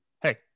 hey